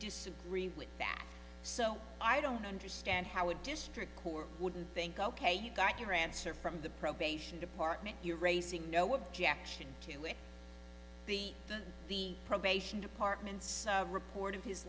disagree with that so i don't understand how a district court would think ok you got your answer from the probation department you're raising no objection to it be the probation department report of his